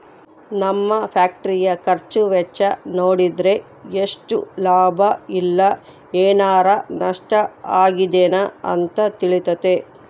ನಮ್ಮ ಫ್ಯಾಕ್ಟರಿಯ ಖರ್ಚು ವೆಚ್ಚ ನೋಡಿದ್ರೆ ಎಷ್ಟು ಲಾಭ ಇಲ್ಲ ಏನಾರಾ ನಷ್ಟ ಆಗಿದೆನ ಅಂತ ತಿಳಿತತೆ